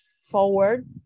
forward